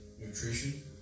Nutrition